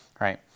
right